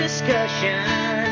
Discussion